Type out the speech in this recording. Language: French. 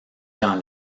dans